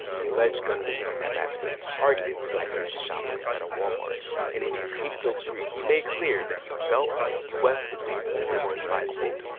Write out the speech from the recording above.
the alleged gunman in that massacre targeted latinx shoppers at a walmart, and in his hate-filled screed, he made clear that he felt that the u s. was being overrun by, quote,